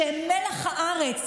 שהם מלח הארץ,